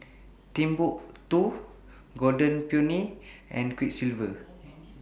Timbuk two Golden Peony and Quiksilver